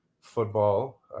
football